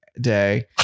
day